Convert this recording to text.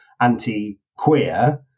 anti-queer